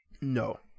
No